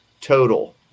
total